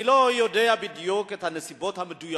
אני לא יודע בדיוק את הנסיבות המדויקות